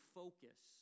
focus